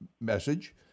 message